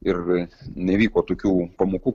ir nevyko tokių pamokų